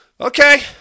Okay